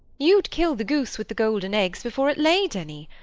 you'd kill the goose with the golden eggs, before it laid any.